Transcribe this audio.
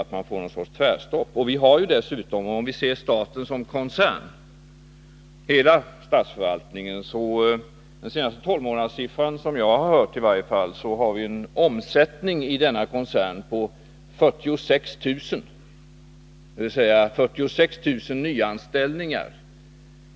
Om vi ser hela statsförvaltningen som en koncern, kan vi konstatera att koncernen enligt siffrorna i den senaste tolvmånaderstatistiken har haft en ser inom den statliga förvaltningen ser inom den statliga förvaltningen omsättning på ca 46 000 anställda, vilket innebär 46 000 nyanställningar.